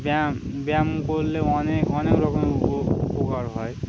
ব্যায়াম ব্যায়াম করলে অনেক অনেক রকমের উপ উপকার হয়